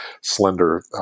slender